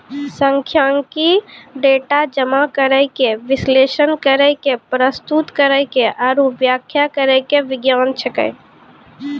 सांख्यिकी, डेटा जमा करै के, विश्लेषण करै के, प्रस्तुत करै के आरु व्याख्या करै के विज्ञान छै